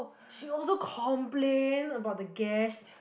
she also complain about the gas